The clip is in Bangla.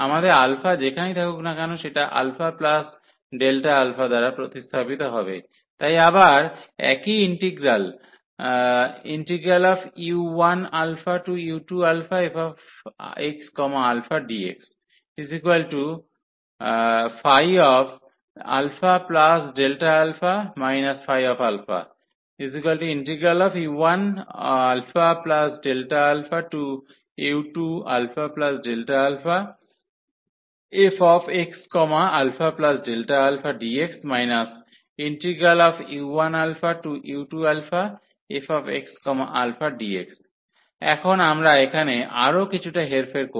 আমাদের α যেখানেই থাকুক না কেন সেটা α Δα দ্বারা প্রতিস্থাপিত হবে তাই আবার একই ইন্টিগ্রাল u1u2fxαdx Φα u1αΔαu2αΔαfxαΔαdx u1u2fxαdx এখন আমরা এখানে আরও কিছুটা হেরফের করব